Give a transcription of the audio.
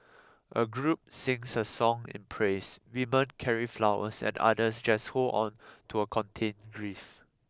a group sings a song in praise women carry flowers and others just hold on to a contained grief